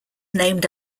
named